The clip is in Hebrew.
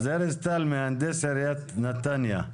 ארז טל, מהנדס עיריית נתניה,